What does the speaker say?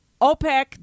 OPEC